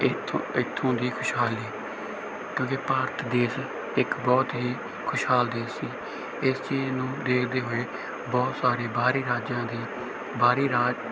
ਇੱਥੋਂ ਇੱਥੋਂ ਦੀ ਖੁਸ਼ਹਾਲੀ ਕਿਉਂਕਿ ਭਾਰਤ ਦੇਸ਼ ਇੱਕ ਬਹੁਤ ਹੀ ਖੁਸ਼ਹਾਲ ਦੇਸ਼ ਸੀ ਇਸ ਚੀਜ਼ ਨੂੰ ਦੇਖਦੇ ਹੋਏ ਬਹੁਤ ਸਾਰੇ ਬਾਹਰੀ ਰਾਜਿਆਂ ਦੀ ਬਾਹਰੀ ਰਾਜ